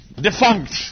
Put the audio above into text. defunct